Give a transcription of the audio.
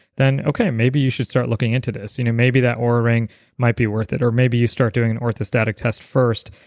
then okay, maybe you should start looking into this. you know maybe that oura ring might be worth it or maybe you start doing an orthostatic test first,